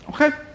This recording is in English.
okay